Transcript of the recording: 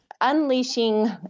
unleashing